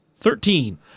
Thirteen